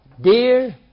Dear